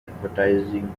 advertising